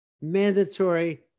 mandatory